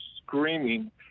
screaming